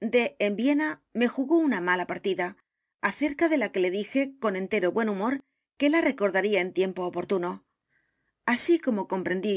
d en viena me jugó una mala partida acerca de la que le dije con entero buen humor que lá recordaría en tiempo oportuno así como comprendí